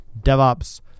DevOps